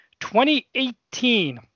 2018